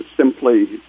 simply